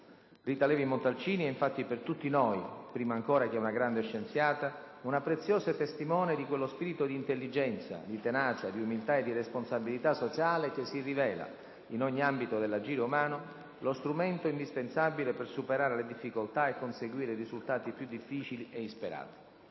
Rita Levi-Montalcini è infatti per tutti noi, prima ancora che una grande scienziata, una preziosa testimone di quello spirito di intelligenza, di tenacia, di umiltà e di responsabilità sociale che si rivela, in ogni ambito dell'agire umano, lo strumento indispensabile per superare le difficoltà e conseguire i risultati più difficili e insperati.